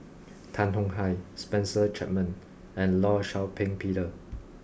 Tan Tong Hye Spencer Chapman and Law Shau Ping Peter